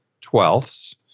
twelfths